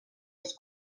més